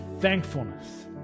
thankfulness